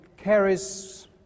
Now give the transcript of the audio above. carries